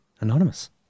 anonymous